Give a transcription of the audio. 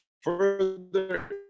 further